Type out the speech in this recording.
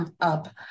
up